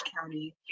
County